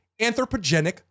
anthropogenic